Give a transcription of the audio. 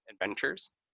adventures